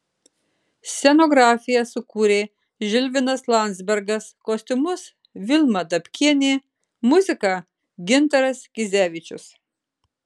scenografiją sukūrė žilvinas landzbergas kostiumus vilma dabkienė muziką gintaras kizevičius